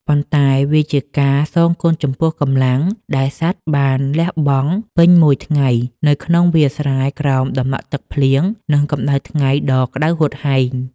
ប៉ុន្តែវាជាការសងគុណចំពោះកម្លាំង ដែលសត្វបានលះបង់ពេញមួយថ្ងៃនៅក្នុងវាលស្រែក្រោមតំណក់ទឹកភ្លៀង និងកម្តៅថ្ងៃដ៏ក្តៅហួតហែង។